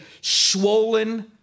swollen